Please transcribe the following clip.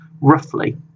roughly